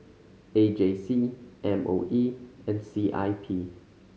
A J C M O E and C I P